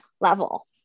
level